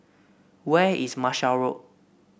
where is Marshall Road